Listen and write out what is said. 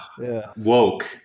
woke